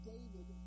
David